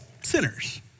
sinners